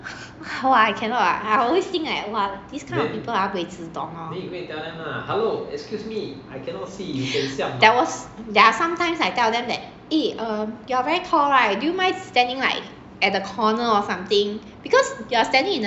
how ah I cannot ah I always think eh !wah! this kind of people ah buay zidong lor there was there are sometimes I tell them that eh uh you are very tall right do you mind standing like at the corner or something because you're standing in the middle right we can't even see the instructor